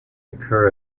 occur